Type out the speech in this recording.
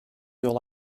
yol